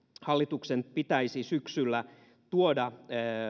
hallituksen pitäisi syksyllä tuoda